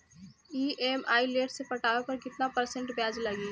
EMI late से पटावे पर कितना परसेंट ब्याज लगी?